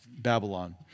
Babylon